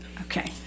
Okay